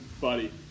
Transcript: buddy